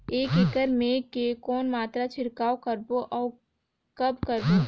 एक एकड़ मे के कौन मात्रा छिड़काव करबो अउ कब करबो?